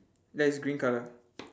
ya it's green colour